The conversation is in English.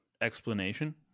explanation